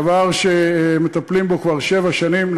דבר שמטפלים בו כבר שבע שנים,